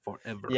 Forever